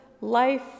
life